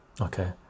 okay